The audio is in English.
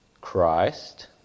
Christ